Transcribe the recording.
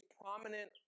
prominent